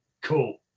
cool